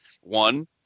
One